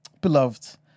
beloved